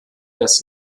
das